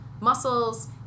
muscles